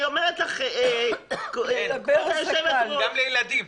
גם לילדים.